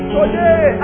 Today